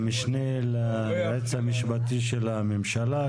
המשנה ליועץ המשפטי לממשלה.